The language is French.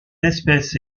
espèce